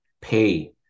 pay